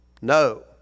No